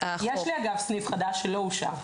יש לי, אגב, סניף חדש שלא אושר.